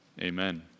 amen